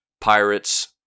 Pirates